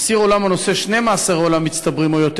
אסיר עולם הנושא שני מאסרי עולם מצטברים או יותר